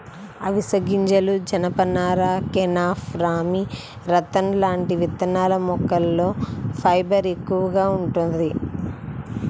అవిశె గింజలు, జనపనార, కెనాఫ్, రామీ, రతన్ లాంటి విత్తనాల మొక్కల్లో ఫైబర్ ఎక్కువగా వుంటది